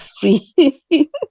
free